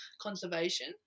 conservation